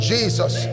Jesus